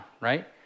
right